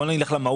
בואו נלך למהות.